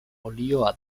olioa